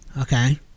Okay